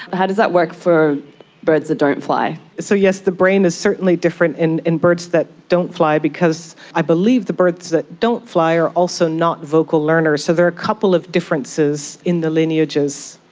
but how does that work for birds that don't fly? so yes, the brain is certainly different in in birds that don't fly because i believe the birds that don't fly are also not vocal learners. so there are a couple of differences in the lineages,